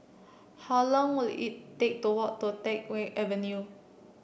how long will it take to walk to Teck Whye Avenue